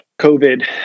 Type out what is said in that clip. COVID